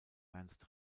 ernst